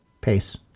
pace